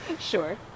sure